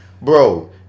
bro